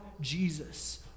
Jesus